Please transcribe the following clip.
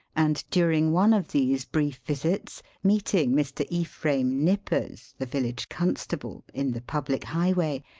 and during one of these brief visits, meeting mr. ephraim nippers, the village constable in the public highway,